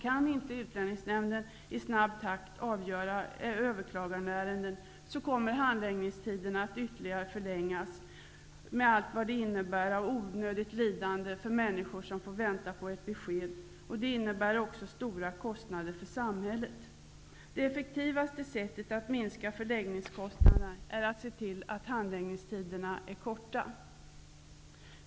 Kan inte Utlänningsnämn den i snabb takt avgöra överklagandeärenden, kommer handläggningstiderna att ytterligare för längas, med allt vad det innebär av onödigt li dande för människor som får vänta på ett besked. Det innebär också stora kostnader för samhället. Det effektivaste sättet att minska förläggnings kostnaderna är att se till att handläggningstiderna är korta.